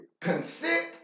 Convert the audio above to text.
Consent